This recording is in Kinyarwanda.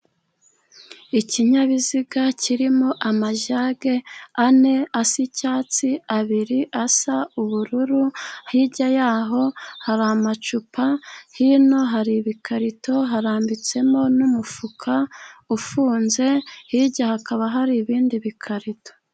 Ikinyabiziga kirimo amajage ane asa n'icyatsi, abiri asa n'ubururu, hirya yaho hari amacupa, hino hari ibikarito, harambitsemo n'umufuka ufunze, hirya hakaba hari ibindi bikarito.